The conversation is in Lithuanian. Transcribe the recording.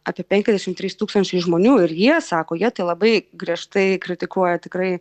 apie penkiasdešim trys tūkstančiai žmonių ir jie sako jie tai labai griežtai kritikuoja tikrai